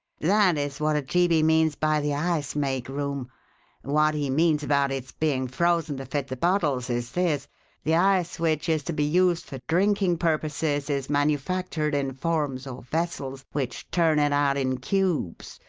that is what ojeebi means by the ice-make room what he means about its being frozen to fit the bottles is this the ice which is to be used for drinking purposes is manufactured in forms or vessels which turn it out in cubes,